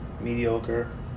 mediocre